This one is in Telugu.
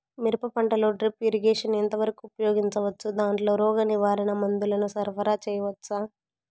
మిరప పంటలో డ్రిప్ ఇరిగేషన్ ఎంత వరకు ఉపయోగించవచ్చు, దాంట్లో రోగ నివారణ మందుల ను సరఫరా చేయవచ్చా?